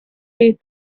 lead